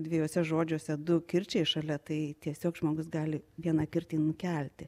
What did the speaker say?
dviejuose žodžiuose du kirčiai šalia tai tiesiog žmogus gali vieną kirtį nukelti